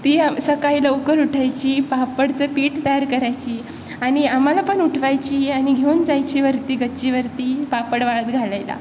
ती सकाळी लवकर उठायची पापडाचं पीठ तयार करायची आणि आम्हाला पण उठवायची आणि घेऊन जायची वरती गच्चीवरती पापड वाळत घालायला